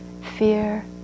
Fear